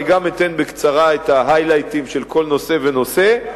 אני גם אתן בקצרה את ההיי-לייטים של כל נושא ונושא,